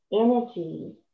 energy